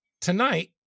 tonight